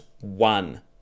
one